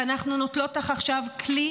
ואנחנו נותנות לך עכשיו כלי